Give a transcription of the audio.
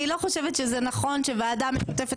אני לא חושבת שזה נכון שוועדה משותפת